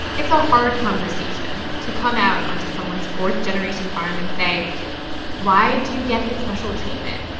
it's a hard conversation to come out onto someone's fourth-generation farm and say why do you get this special treatment.